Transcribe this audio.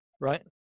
right